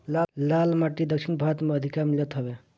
लाल माटी दक्षिण भारत में अधिका मिलत हवे